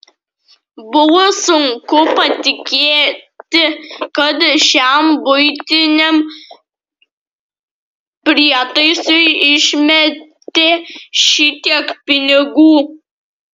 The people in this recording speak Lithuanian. buvo sunku patikėti kad šiam buitiniam prietaisui išmetė šitiek pinigų